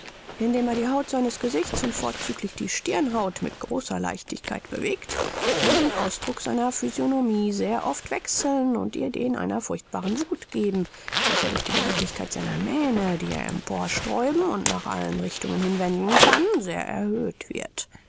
indem er die haut seines gesichts und vorzüglich die stirnhaut mit großer leichtigkeit bewegt kann er den ausdruck seiner physiognomie sehr oft wechseln und ihr den einer furchtbaren wuth geben welcher durch die beweglichkeit seiner mähne die er emporsträuben und nach allen richtungen hin wenden kann sehr erhöht wird